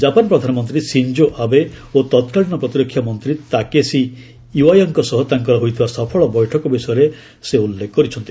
Japan ପ୍ରଧାନମନ୍ତୀ Shinzo Abe ଓ ତତ୍କାଳୀନ ପତ୍ରିରକ୍ଷା ମନ୍ତ୍ରୀ ତାକେଶି ଇୱାୟାଙ୍କ ସହ ତାଙ୍କର ହୋଇଥିବା ସଫଳ ବୈଠକ ବିଷୟରେ ଉଲ୍ଲ୍ଜେଖ କରିଛନ୍ତି